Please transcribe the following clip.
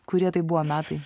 kurie tai buvo metai